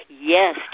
yes